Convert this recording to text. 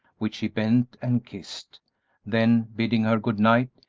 which he bent and kissed then bidding her good-night,